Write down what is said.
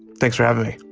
thanks for having me